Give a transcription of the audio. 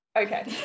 Okay